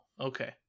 okay